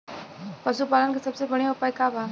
पशु पालन के सबसे बढ़ियां उपाय का बा?